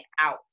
out